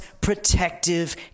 protective